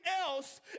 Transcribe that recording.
else